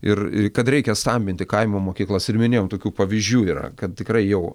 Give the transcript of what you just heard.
ir kad reikia stambinti kaimo mokyklas ir minėjom tokių pavyzdžių yra kad tikrai jau